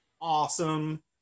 awesome